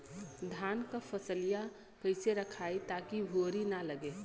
धान क फसलिया कईसे रखाई ताकि भुवरी न लगे?